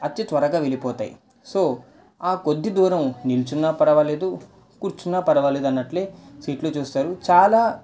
అతి త్వరగా వెళ్ళిపోతాయి సో ఆ కొద్ది దూరం నిలిచున్న పరవాలేదు కూర్చున్న పరవాలేదన్నట్లే సీట్లు చూస్తారు చాలా